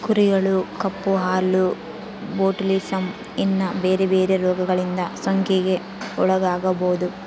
ಕುರಿಗಳು ಕಪ್ಪು ಕಾಲು, ಬೊಟುಲಿಸಮ್, ಇನ್ನ ಬೆರೆ ಬೆರೆ ರೋಗಗಳಿಂದ ಸೋಂಕಿಗೆ ಒಳಗಾಗಬೊದು